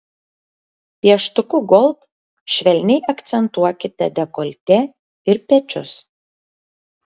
pieštuku gold švelniai akcentuokite dekoltė ir pečius